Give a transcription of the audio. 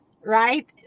right